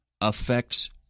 affects